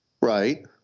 Right